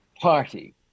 party